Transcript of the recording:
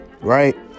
right